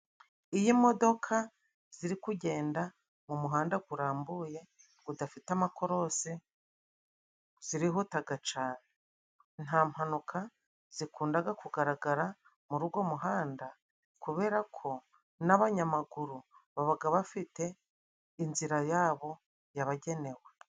Imodoka iri kugenda mu muhanda urambuye udafite amakorosi, zirihuta cyane. Nta mpanuka ikunda kugaragara muri uwo muhanda kubera ko n'abanyamaguru baba bafite inzira yabo yabagenewe.